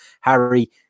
Harry